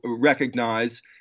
recognize